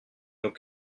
nos